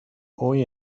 hoy